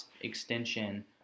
extension